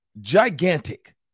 gigantic